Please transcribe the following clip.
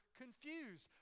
confused